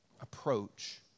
approach